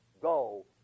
go